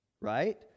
Right